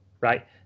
right